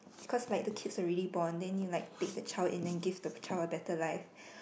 cause like the kids already born you like take the child and then give the child a better life